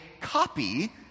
copy